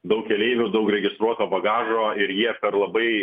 daug keleivių daug registruoto bagažo ir jie per labai